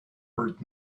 heard